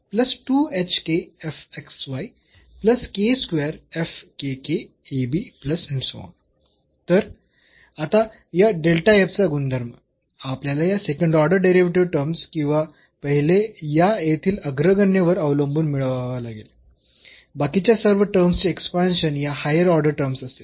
तर आता या चा गुणधर्म आपल्याला या सेकंड ऑर्डर डेरिव्हेटिव्हस् टर्म्स किंवा पहिले या येथील अग्रगण्य वर अवलंबून मिळवावा लागेल बाकीच्या सर्व टर्म्सचे एक्सपांशन या हायर ऑर्डर टर्म्स असतील